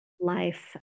life